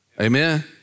Amen